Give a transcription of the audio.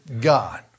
God